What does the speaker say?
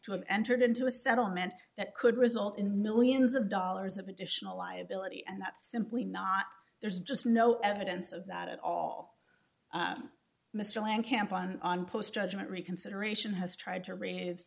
have entered into a settlement that could result in millions of dollars of additional liability and that's simply not there's just no evidence of that at all mr lang camp on on post judgement reconsideration has tried to